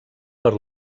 per